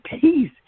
peace